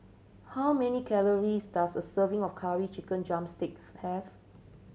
how many calories does a serving of Curry Chicken drumsticks have